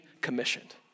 commissioned